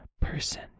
person